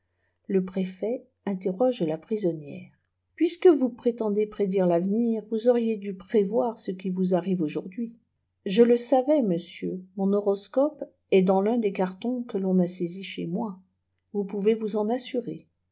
le préfet interroge la prisonnière c puisque vous prétendez prédire l'avenir vous auriez dû prévoir ce qui vous arrive aujourd'hui je le savais monsieur mon horoscope est dans l'un dê cartons que ion a saisis chez moi vous pouvez vous en assurer